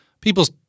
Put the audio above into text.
people's –